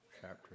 Chapter